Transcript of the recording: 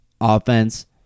offense